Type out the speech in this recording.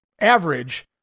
average